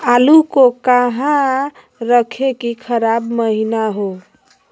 आलू को कहां रखे की खराब महिना हो?